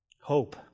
hope